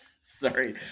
Sorry